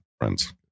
friends